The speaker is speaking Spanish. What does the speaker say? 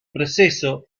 proceso